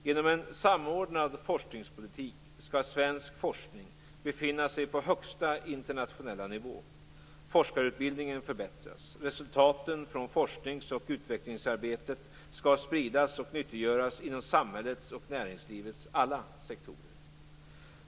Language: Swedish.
Genom en samordnad forskningspolitik skall svensk forskning befinna sig på högsta internationella nivå. Forskarutbildningen förbättras. Resultaten från forsknings och utvecklingsarbetet skall spridas och nyttiggöras inom samhällets och näringslivets alla sektorer.